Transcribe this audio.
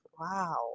Wow